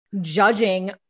judging